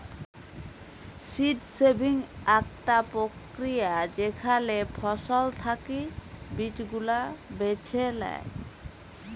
seed saving আকটা প্রক্রিয়া যেখালে ফসল থাকি বীজ গুলা বেছে লেয়